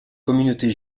communauté